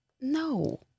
No